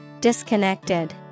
Disconnected